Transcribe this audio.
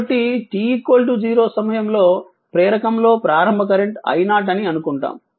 కాబట్టి t 0 సమయంలో ప్రేరకం లో ప్రారంభ కరెంట్ I0 అని అనుకుంటాము